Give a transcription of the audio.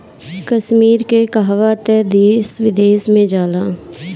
कश्मीर के कहवा तअ देश विदेश में जाला